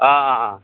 অঁ অঁ